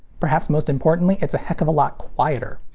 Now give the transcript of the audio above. perhaps most importantly, it's a heck of a lot quieter.